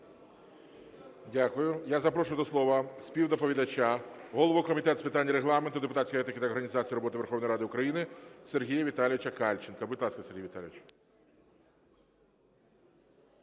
Дякую. Я запрошую до слова співдоповідача – голову Комітету з питань Регламенту, депутатської етики та організації роботи Верховної Ради України Сергія Віталійовича Кальченка. Будь ласка, Сергій Віталійович.